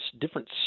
different